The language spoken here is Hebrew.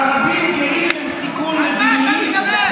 ערבים גאים הם סיכון מדיני, על מה אתה מדבר?